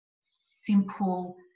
simple